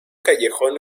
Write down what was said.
callejón